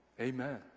Amen